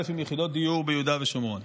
מ-4,000 יחידות דיור ביהודה ושומרון.